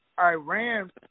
Iran